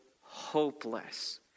hopeless